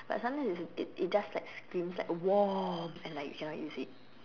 but sometimes it it just like screams like warm and like you cannot use it